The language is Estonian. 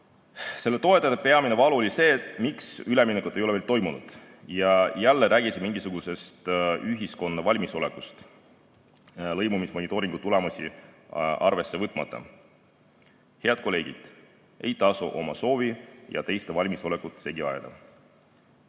Selle toetajate peamine valu oli see, et miks üleminekut ei ole veel toimunud, ja jälle räägiti mingisugusest ühiskonna valmisolekust, lõimumismonitooringu tulemusi arvesse võtmata. Head kolleegid! Ei tasu oma soovi ja teiste valmisolekut segi ajada.